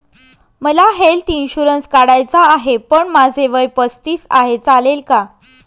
मला health insurance काढायचा आहे पण माझे वय पस्तीस आहे, चालेल का?